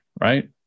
right